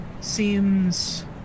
seems